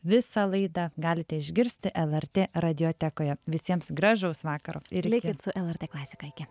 visą laidą galite išgirsti lrt radiotekoje visiems gražaus vakaro likit su lrt klasika iki